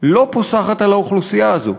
לא פוסחת על האוכלוסייה הזאת,